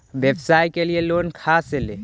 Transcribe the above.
व्यवसाय के लिये लोन खा से ले?